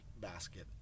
basket